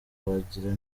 wagira